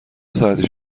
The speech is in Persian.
ساعتی